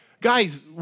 Guys